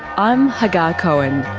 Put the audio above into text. i'm hagar cohen